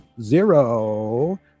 Zero